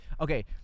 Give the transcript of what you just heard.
Okay